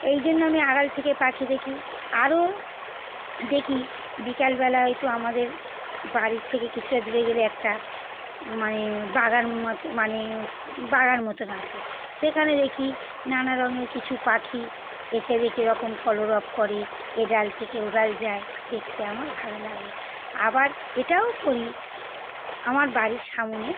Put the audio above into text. এই জন্য আমি আড়াল থেকে পাখি দেখি আরো দেখি বিকেলবেলায় তো আমাদের বাড়ির থেকে কিছুটা দূরে গেলে একটা মানে বাগান মতো মানে বাগান মতন আছে সেখানে দেখি নানা রঙের কিছু পাখি এসে দেখি এরকম কলরব করে এ ডাল থেকে ও ডাল যায় দেখতে আমার ভালো লাগে আবার এটাও করি আমার বাড়ির সামনে